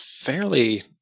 fairly